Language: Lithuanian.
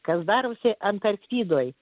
kas darosi antarktidoj